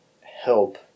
help